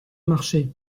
marché